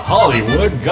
Hollywood